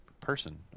person